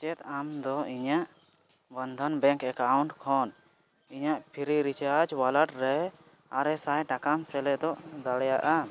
ᱪᱮᱫ ᱟᱢᱫᱚ ᱤᱧᱟᱹᱜ ᱵᱚᱱᱫᱷᱚᱱ ᱵᱮᱝᱠ ᱮᱠᱟᱣᱩᱱᱴ ᱠᱷᱚᱱ ᱤᱧᱟᱹᱜ ᱯᱷᱨᱤᱪᱟᱨᱡᱽ ᱚᱣᱟᱞᱮᱴ ᱨᱮ ᱟᱨᱮᱥᱟᱭ ᱴᱟᱠᱟᱢ ᱥᱮᱞᱮᱫ ᱫᱟᱲᱮᱭᱟᱜᱼᱟ